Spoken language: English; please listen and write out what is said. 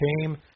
came